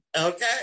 Okay